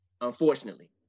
unfortunately